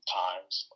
times